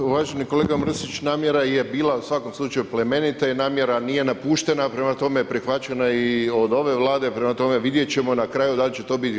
Ma uvaženi kolega Mrsić, namjera je bila u svakom slučaju plemenita i namjera nije napuštena, prema tome prihvaćena i od Vlade, prema tome vidjeti ćemo na kraju da li će to biti to.